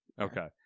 Okay